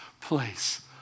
place